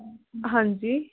ਹਾਂਜੀ